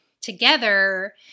together